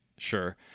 Sure